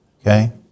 okay